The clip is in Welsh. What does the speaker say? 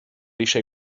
eisiau